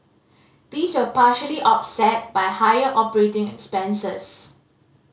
these were partially offset by higher operating expenses